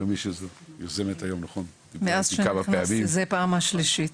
אני, מאז שנכנסתי לכנסת, זו כבר הפעם השלישית.